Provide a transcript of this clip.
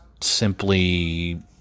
simply